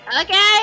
Okay